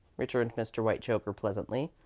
returned mr. whitechoker, pleasantly.